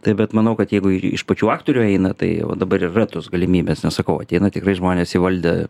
taip bet manau kad jeigu ir iš pačių aktorių eina tai o dabar yra tos galimybės nes sakau ateina tikrai žmonės įvaldę